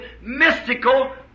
mystical